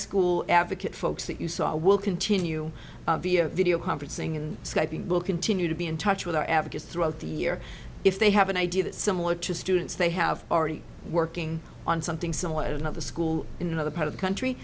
school advocate folks that you saw will continue video conferencing and will continue to be in touch with our advocates throughout the year if they have an idea that's similar to students they have already working on something similar at another school in another part of the country